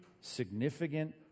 significant